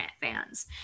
fans